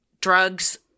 drugs